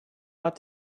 but